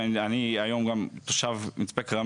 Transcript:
כאן אני חוזר למה שאמר קודם